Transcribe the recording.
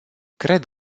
cred